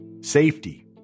safety